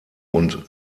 und